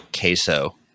queso